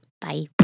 Bye